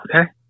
okay